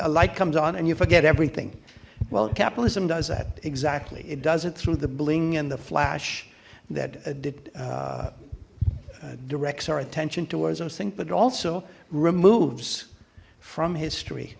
a light comes on and you forget everything well capitalism does that exactly it does it through the bling and the flash that did directs our attention towards those things but also removes from